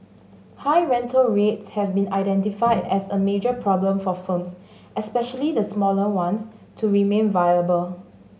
high rental rates have been identified as a major problem for firms especially the smaller ones to remain viable